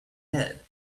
head